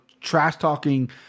trash-talking